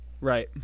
Right